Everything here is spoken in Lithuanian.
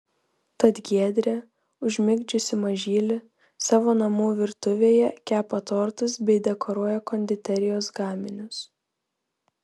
tad giedrė užmigdžiusi mažylį savo namų virtuvėje kepa tortus bei dekoruoja konditerijos gaminius